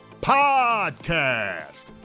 podcast